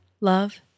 love